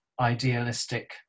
idealistic